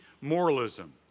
moralism